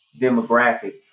demographic